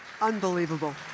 Unbelievable